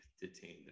detained